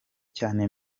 cyane